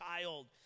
child